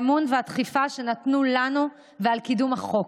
על האמון והדחיפה שנתנו לנו ועל קידום החוק,